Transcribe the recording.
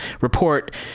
Report